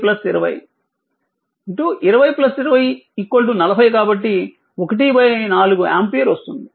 20 20 40 కాబట్టి 14 ఆంపియర్ వస్తుంది